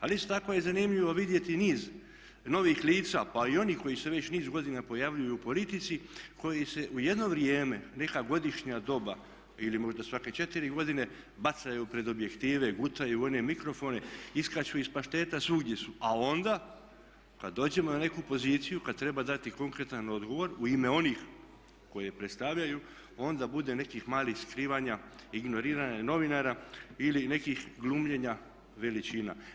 Ali isto tako je zanimljivo vidjeti niz novih lica pa i onih koji se već niz godina pojavljuju u politici koji se u jedno vrijeme, neka godišnja doba ili možda svake 4 godine bacaju pred objektive, gutaju one mikrofone, iskaču iz pašteta, svugdje su a onda kada dođemo na neku poziciju, kada treba dati konkretan odgovor u ime onih koje predstavljaju onda bude nekih mali skrivanja i ignoriranja novinara ili nekih glumljena veličina.